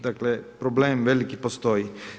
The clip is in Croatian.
Dakle problem veliki postoji.